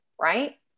right